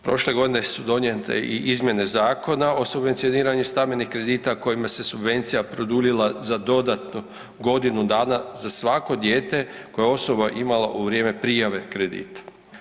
Prošle godine su donijete i izmjene Zakona o subvencioniranju stambenih kredita kojima se subvencija produljila za dodatnu godinu dana za svako dijete koje je osoba imala u vrijeme prijave kredita.